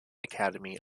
academy